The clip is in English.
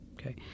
Okay